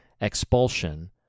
expulsion